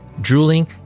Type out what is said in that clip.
drooling